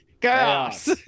chaos